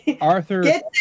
Arthur